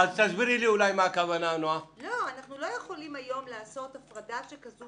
אנחנו לא יכולים היום לעשות הפרדה שכזו